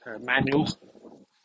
manual